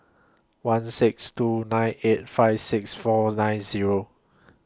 one six two nine eight five six four nine Zero